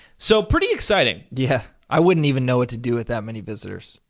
so, pretty exciting. yeah, i wouldn't even know what to do with that many visitors.